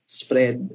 spread